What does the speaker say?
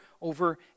over